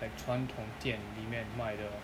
like 传统店里面卖的